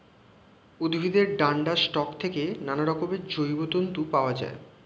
উদ্ভিদের ডান্ডার স্টক থেকে নানারকমের জৈব তন্তু পাওয়া যায়